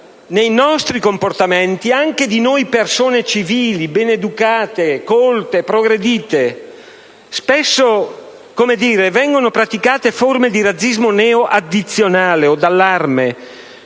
nei nostri comportamenti (anche di noi persone civili, bene educate, colte e progredite) spesso vengono praticate forme di razzismo neo-addizionale o d'allarme,